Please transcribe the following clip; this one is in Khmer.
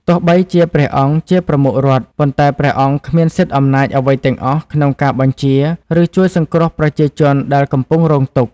ទោះបីជាព្រះអង្គជាប្រមុខរដ្ឋ ប៉ុន្តែព្រះអង្គគ្មានសិទ្ធិអំណាចអ្វីទាំងអស់ក្នុងការបញ្ជា ឬជួយសង្គ្រោះប្រជាជនដែលកំពុងរងទុក្ខ។